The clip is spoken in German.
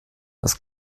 das